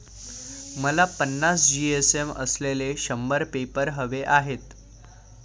मला पन्नास जी.एस.एम असलेले शंभर पेपर हवे आहेत